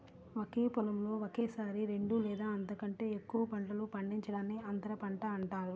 ఒకే పొలంలో ఒకేసారి రెండు లేదా అంతకంటే ఎక్కువ పంటలు పండించడాన్ని అంతర పంట అంటారు